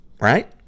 right